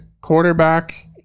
quarterback